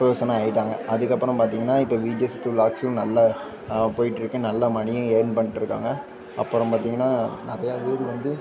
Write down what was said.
பேர்சனாக ஆகிட்டாங்க அதுக்கப்புறம் பார்த்திங்கன்னா இப்போ விஜே சித்து வ்லாக்ஸும் நல்ல போயிட்டுருக்கு நல்ல மணியை இயர்ன் பண்ணிகிட்டு இருக்காங்க அப்புறம் பார்த்திங்கன்னா நிறையா பேர் வந்து